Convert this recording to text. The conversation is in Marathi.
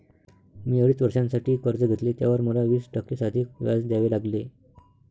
मी अडीच वर्षांसाठी कर्ज घेतले, त्यावर मला वीस टक्के साधे व्याज द्यावे लागले